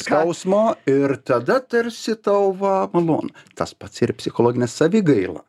skausmo ir tada tarsi tau va malonu tas pats ir psichologinė savigaila